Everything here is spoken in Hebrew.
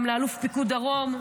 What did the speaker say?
גם לאלוף פיקוד דרום,